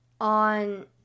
on